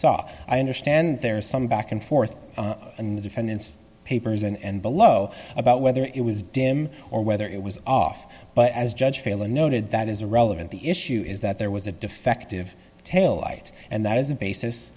saw i understand there is some back and forth in the defendant's papers and below about whether it was dim or whether it was off but as judge failon noted that is irrelevant the issue is that there was a defective taillight and that is a basis